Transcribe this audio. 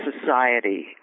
society